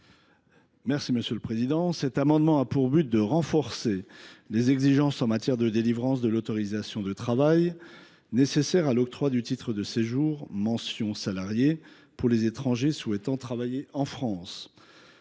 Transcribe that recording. M. Christian Klinger. Cet amendement a pour but de renforcer les exigences en matière de délivrance de l’autorisation de travail nécessaire à l’octroi du titre de séjour mention « salarié » pour les étrangers souhaitant travailler en France.